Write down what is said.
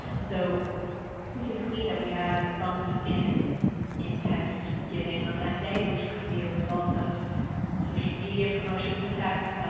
so we can see that we had a bump in in text giving on that day which could be a result of social media promotion to text,